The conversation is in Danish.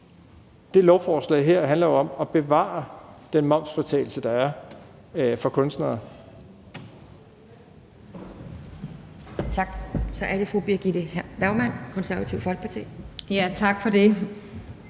her lovforslag jo om at bevare den momsfritagelse, der er, for kunstnere.